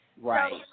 Right